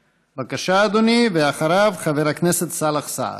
בבקשה, אדוני, ואחריו, חבר הכנסת סאלח סעד.